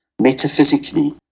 metaphysically